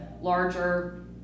larger